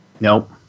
Nope